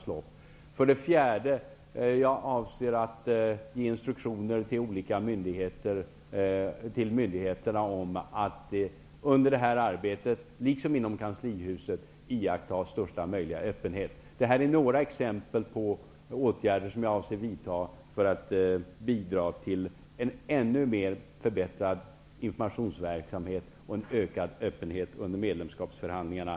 För det fjärde avser jag att ge instruktioner till myndigheterna, liksom kanslihuset, att under arbetet iaktta största möjliga öppenhet. Det här är några exempel på åtgärder som jag avser vidta för att bidra till en ännu bättre informationsverksamhet och en ökad öppenhet under medlemskapsförhandlingarna.